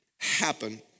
happen